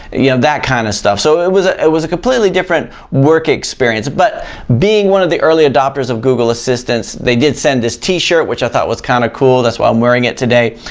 you know, that kind of stuff. so it was ah was a completely different work experience but being one of the early adopters of google assistants, they did send this t-shirt which i thought was kind of cool, that's why i'm wearing it today.